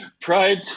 Pride